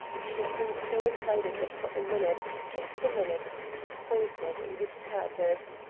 she seemed so excited that for a minute, just a minute, he faltered in his purpose.